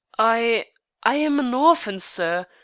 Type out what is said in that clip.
i i am an orphan, sir,